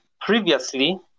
previously